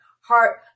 heart